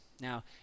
Now